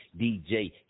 DJ